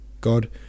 God